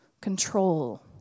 control